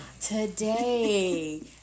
Today